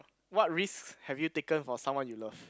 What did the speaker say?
what risks have you taken for someone you love